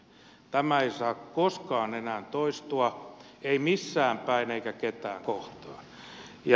tämä ei saa koskaan enää toistua ei missään päin eikä ketään kohtaan